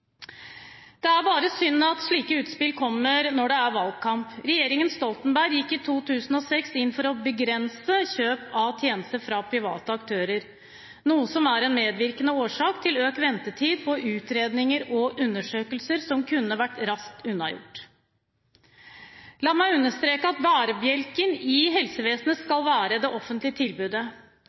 Det er bare synd at slike utspill kommer når det er valgkamp. Regjeringen Stoltenberg gikk i 2006 inn for å begrense kjøp av tjenester fra private aktører, noe som er en medvirkende årsak til økt ventetid på utredninger og undersøkelser som kunne vært raskt unnagjort. La meg understreke at bærebjelken i helsevesenet skal være det offentlige tilbudet.